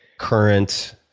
current,